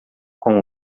com